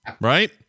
Right